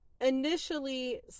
Initially